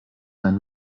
einen